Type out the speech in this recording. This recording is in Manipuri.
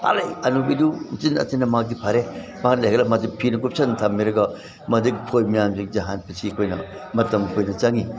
ꯍꯥꯠꯂꯦ ꯍꯅꯨꯕꯤꯗꯨ ꯎꯆꯤꯟ ꯅꯥꯆꯤꯟꯅ ꯃꯥꯗꯤ ꯐꯔꯦ ꯃꯥꯗꯤ ꯐꯤꯅ ꯀꯨꯞꯁꯤꯟꯗꯅ ꯊꯝꯃꯦꯔꯒ ꯃꯗꯒꯤ ꯈꯣꯏ ꯃꯌꯥꯝꯁꯤꯡꯁꯦ ꯍꯥꯠꯄꯁꯤ ꯑꯩꯈꯣꯏꯅ ꯃꯇꯝ ꯀꯨꯏꯅ ꯆꯪꯉꯤ